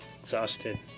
exhausted